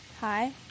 Hi